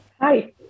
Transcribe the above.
Hi